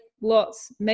lots